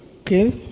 Okay